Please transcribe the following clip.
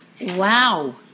Wow